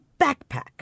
backpack